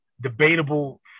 debatable